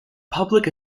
public